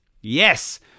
Yes